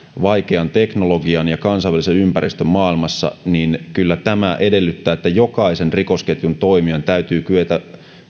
vaikean teknologian ja kansainvälisen ympäristön maailmassa niin kyllä tämä edellyttää että jokaisen rikosketjun toimijan täytyy kyetä